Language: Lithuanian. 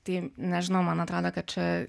tai nežinau man atrodo kad čia